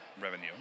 revenue